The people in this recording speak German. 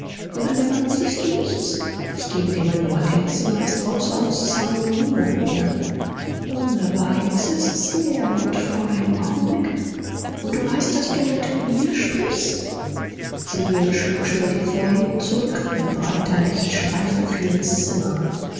und an der wand siehst du nichts ich gebe dir mein wort im zimmer ist außer uns zweien niemand mehr sonderbar jetzt ist's leer und vor einem augenblick und du weißt daß du mit mir sprichst zenon schlug schnell die vorhänge zurück ein breiter lichtstreifen fiel ins zimmer